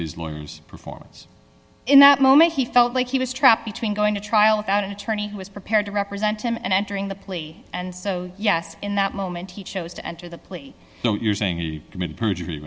his lawyers performance in that moment he felt like he was trapped between going to trial without an attorney who was prepared to represent him and entering the plea and so yes in that moment he chose to enter the plea you're saying he committed perjury